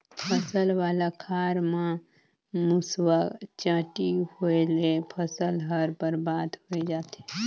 फसल वाला खार म मूसवा, चांटी होवयले फसल हर बरबाद होए जाथे